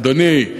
אדוני,